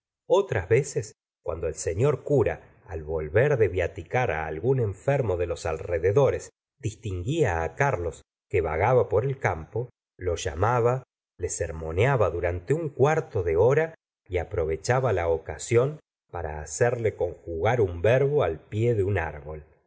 otras veces cuando el señor cura al volver de viaticar algún enfermo de los alrededores distinguía á carlos que vagaba por el campo lo llamaba le sermoneaba durante un cuarto de hora y aprovechaba la ocasión para hacerle conjugar un verbo al pie de un árbol